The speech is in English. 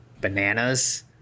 Bananas